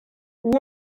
that